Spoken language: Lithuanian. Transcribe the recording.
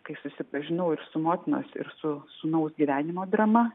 kai susipažinau ir su motinos ir su sūnaus gyvenimo drama